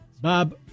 Bob